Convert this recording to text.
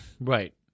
Right